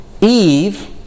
Eve